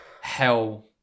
hell